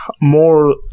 more